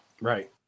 Right